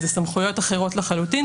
אלו סמכויות אחרות לחלוטין,